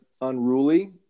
unruly